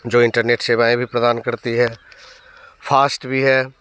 जो इंटरनेट सेवाएँ भी प्रदान करती है फास्ट भी है